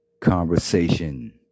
conversation